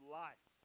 life